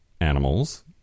animals